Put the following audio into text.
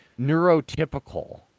neurotypical